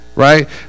Right